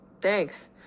Thanks